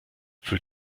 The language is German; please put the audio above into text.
für